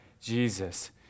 Jesus